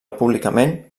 públicament